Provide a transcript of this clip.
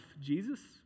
Jesus